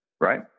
right